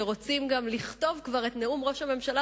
שרוצים גם לכתוב כבר את נאום ראש הממשלה